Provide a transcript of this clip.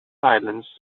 silence